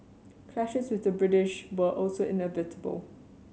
clashes with the British were also inevitable